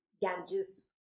Ganges